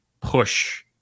push